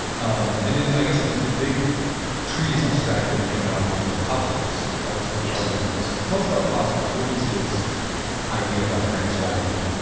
um and then i guess the the big treatise on strategies that came out was clausewitz yes that was probably the most, tell us about clausewitz. what was his idea about grand strategy?